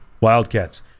Wildcats